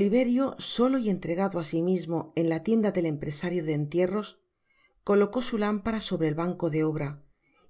liverio solo y entregado á si mismo en la tienda del empresario de entierros colocó su lámpara sobre el banco de obra